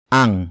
ang